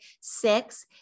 six